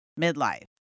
midlife